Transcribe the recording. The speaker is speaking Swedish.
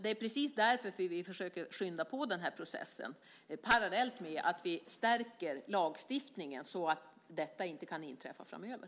Det är precis därför som vi försöker skynda på den här processen parallellt med att vi stärker lagstiftningen, så att detta inte kan inträffa framöver.